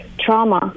trauma